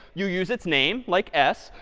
you use its name, like s.